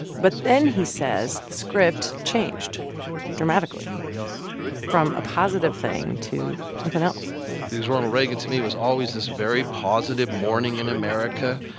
but then, he says, the script changed dramatically from a positive thing to something else because ronald reagan, to me, was always this very positive morning in america,